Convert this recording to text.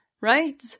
right